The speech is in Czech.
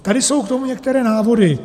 Tady jsou k tomu některé návody.